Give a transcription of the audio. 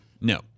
No